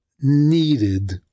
needed